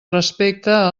respecte